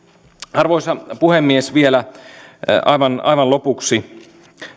arvoisa puhemies vielä aivan aivan lopuksi